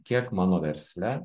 kiek mano versle